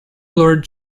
lord